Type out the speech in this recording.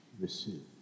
Receive